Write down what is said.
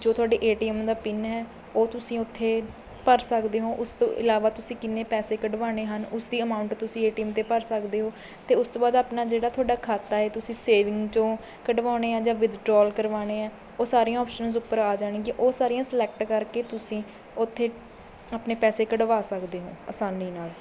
ਜੋ ਤੁਹਾਡੇ A T M ਦਾ ਪਿੰਨ ਹੈ ਉਹ ਤੁਸੀਂ ਉੱਥੇ ਭਰ ਸਕਦੇ ਹੋ ਉਸ ਤੋਂ ਇਲਾਵਾ ਤੁਸੀਂ ਕਿੰਨੇ ਪੈਸੇ ਕਢਵਾਉਣੇ ਹਨ ਉਸਦੀ ਅਮਾਊਂਟ ਤੁਸੀਂ ਏ ਟੀ ਐੱਮ 'ਤੇ ਭਰ ਸਕਦੇ ਹੋ ਅਤੇ ਉਸ ਤੋਂ ਬਾਅਦ ਆਪਣਾ ਜਿਹੜਾ ਤੁਹਾਡਾ ਖਾਤਾ ਏ ਤੁਸੀਂ ਸੇਵਿੰਗ 'ਚੋਂ ਕਢਵਾਉਣੇ ਆ ਜਾਂ ਵਿਦਡਰੋਲ ਕਰਵਾਉਣੇ ਹੈ ਉਹ ਸਾਰੀਆਂ ਆਪਸ਼ਨਜ ਉੱਪਰ ਆ ਜਾਣਗੀਆਂ ਉਹ ਸਾਰੀਆਂ ਸਲੈਕਟ ਕਰਕੇ ਤੁਸੀਂ ਉੱਥੇ ਆਪਣੇ ਪੈਸੇ ਕੱਢਵਾ ਸਕਦੇ ਹੋ ਅਸਾਨੀ ਨਾਲ਼